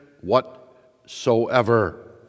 whatsoever